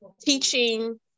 teaching